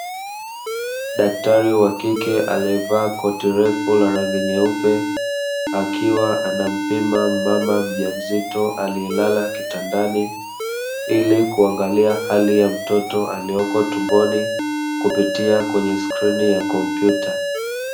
Daktari wa kike aliyevaa koti refu la rangi nyeupe, akiwa anampima mama mjamzito aliyelala kitandani, ili kuangalia hali ya mtoto aliyeko tumboni, kupitia kwenye skrini ya kompyuta.